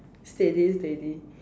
steady steady